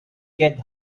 get